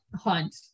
Hunt